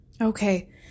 Okay